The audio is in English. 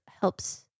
helps